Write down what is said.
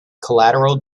collateral